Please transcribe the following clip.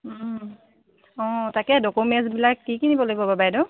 অঁ তাকে ডকুমেণ্টছবিলাক কি কি নিব লাগিব বাৰু বাইদেউ